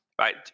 right